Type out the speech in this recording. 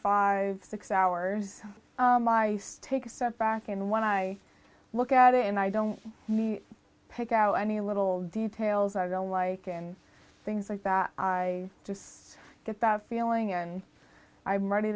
five six hours my take a step back and when i look at it and i don't mean to pick out any little details i don't like and things like that i just get bad feeling and i'm ready